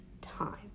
time